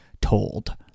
told